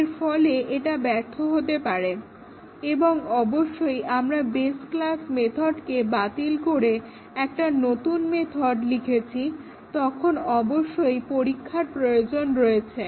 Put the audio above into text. এর ফলে এটা ব্যর্থ হতে পারে এবং অবশ্যই আমরা বেস ক্লাস মেথডকে বাতিল করে একটা নতুন মেথড লিখেছি তখন অবশ্যই পরীক্ষা প্রয়োজন রয়েছে